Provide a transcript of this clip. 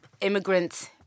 immigrants